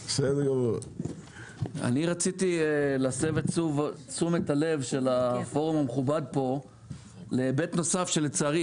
אני רציתי להסב את תשומת הלב של הפורום המכובד פה להיבט נוסף שלצערי,